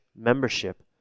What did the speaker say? membership